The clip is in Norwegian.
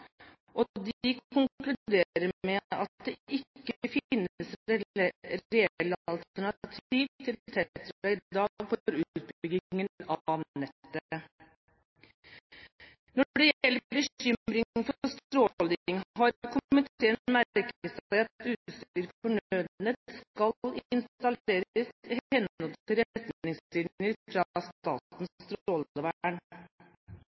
og beredskapssamband, og de konkluderer med at det ikke finnes reelle alternativer til TETRA i dag for utbyggingen av nettet. Når det gjelder bekymringen for stråling, har komiteen merket seg at utstyr for Nødnett skal installeres i henhold til retningslinjer fra Statens